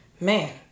man